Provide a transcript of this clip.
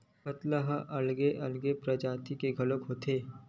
पताल ह अलगे अलगे परजाति घलोक होथे